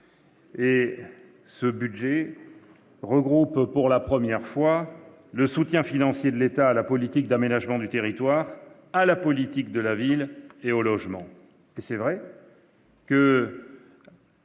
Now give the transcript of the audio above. Elle regroupe pour la première fois les soutiens financiers de l'État à la politique d'aménagement du territoire, à la politique de la ville et au logement. C'est vrai,